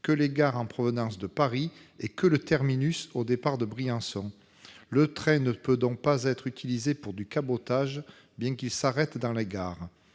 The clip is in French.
que les gares en provenance de Paris et seulement le terminus au départ de Briançon. Le train ne peut donc pas être utilisé pour du cabotage, même s'il s'arrête dans les gares.